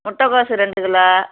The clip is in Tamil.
முட்டக்கோஸு ரெண்டு கிலோ